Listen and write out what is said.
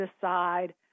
decide